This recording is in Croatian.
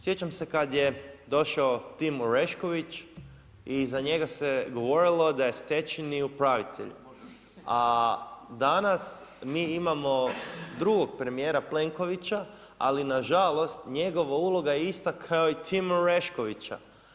Sjećam se kad je došao Tim Orešković i za njega se govorilo da je stečajni upravitelj, a danas mi imamo drugog premijera Plenkovića, ali na žalost njegova uloga je ista kao i Tima Oreškovića.